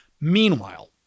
Meanwhile